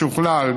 משוכלל,